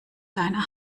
deiner